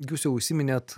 jūs jau užsiminėt